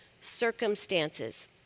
circumstances